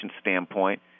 standpoint